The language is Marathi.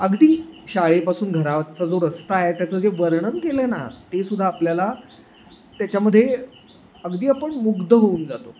अगदी शाळेपासून घराचा जो रस्ता आहे त्याचं जे वर्णन केलं आहे ना तेसुद्धा आपल्याला त्याच्यामध्ये अगदी आपण मुग्ध होऊन जातो